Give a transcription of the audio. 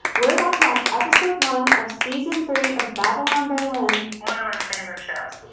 we're about to watch episode one of season three of babylon berlin. one of our favorite shows.